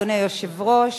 אדוני היושב-ראש,